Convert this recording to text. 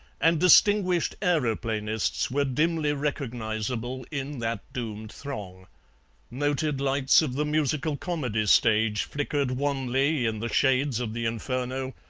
and distinguished aeroplanists were dimly recognizable in that doomed throng noted lights of the musical-comedy stage flickered wanly in the shades of the inferno,